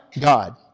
God